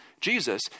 jesus